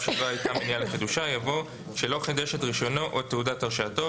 שלא הייתה מניעה לחידושה" יבוא "שלא חידש את רישיונו את תעודת הרשאתו".